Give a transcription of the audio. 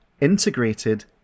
Integrated